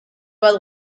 bat